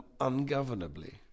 ungovernably